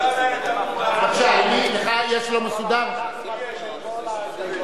אנחנו מורידים את כל ההסתייגויות.